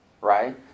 right